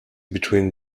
between